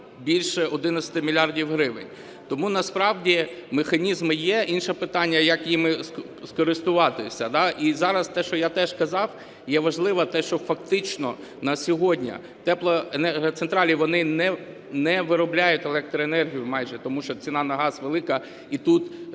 більше 11 мільярдів гривень. Тому насправді механізми є. Інше питання – як ними скористуватися. І зараз те, що я теж казав, є важливо те, що фактично на сьогодні теплоенергоцентралі, вони не виробляють електроенергію майже, тому що ціна на газ велика і тут